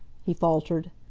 he faltered.